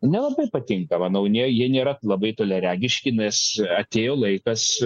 nelabai patinka manau ne jie nėra labai toliaregiški nes atėjo laikas